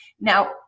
now